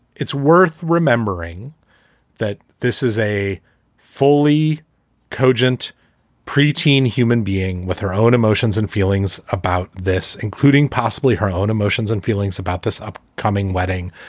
it's worth remembering that this is a fully cogent pre-teen human being with her own emotions and feelings about this, including possibly her own emotions and feelings about this upcoming wedding.